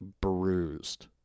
bruised